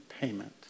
payment